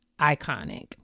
iconic